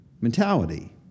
mentality